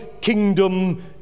kingdom